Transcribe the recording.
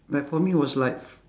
like for me was like